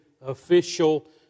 official